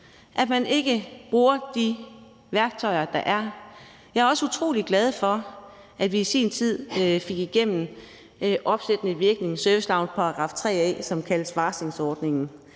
at man ikke bruger de værktøjer, der er. Jeg er utrolig glad for, at vi i sin tid fik det med opsættende virkning igennem, servicelovens § 3 a, som kaldes varslingsordningen,